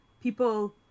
people